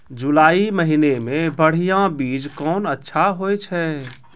जुलाई महीने मे बढ़िया बीज कौन अच्छा होय छै?